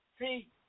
See